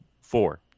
Four